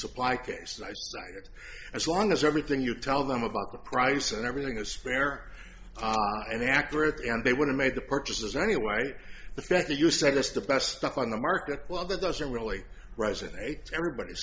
case as long as everything you tell them about the price and everything the spare and the accurate and they would have made the purchases anyway the fact that you said this the best stuff on the market well that doesn't really resonate everybody